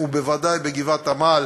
ובוודאי בגבעת-עמל,